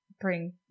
bring